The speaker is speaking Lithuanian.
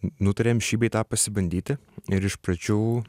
nutarėm šį bei tą pasibandyti ir iš pradžių